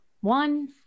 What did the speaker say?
one